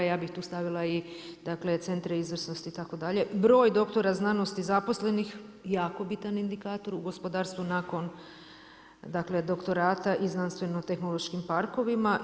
Ja bih tu stavila i dakle centre izvrsnosti itd., broj doktora znanosti zaposlenih jako bitan indikator u gospodarstvu nakon, dakle doktorata i znanstveno-tehnološkim parkovima.